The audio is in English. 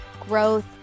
growth